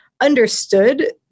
understood